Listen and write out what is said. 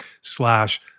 slash